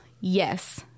yes